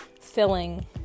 filling